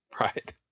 Right